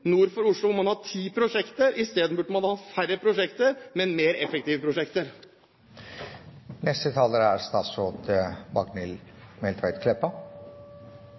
nord for Oslo, hvor man har ti prosjekter. I stedet burde man ha hatt færre, men mer effektive prosjekter. No er